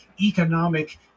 economic